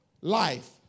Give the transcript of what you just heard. life